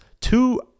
two